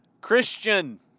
Christian